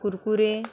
Kurkure